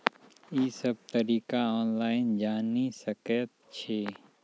ई सब तरीका ऑनलाइन जानि सकैत छी?